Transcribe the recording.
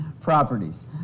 properties